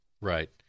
Right